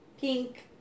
pink